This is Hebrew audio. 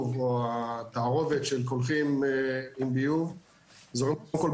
או התערובת של קולחין עם ביוב --- בנחלים,